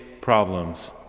problems